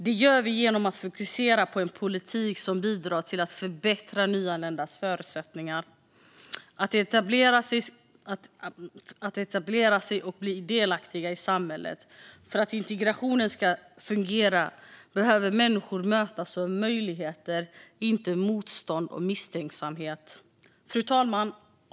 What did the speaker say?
Det gör vi genom att fokusera på en politik som bidrar till att förbättra nyanländas förutsättningar att etablera sig och bli delaktiga i samhället. För att integrationen ska fungera behöver människor mötas av möjligheter, inte av motstånd och misstänksamhet. Fru talman!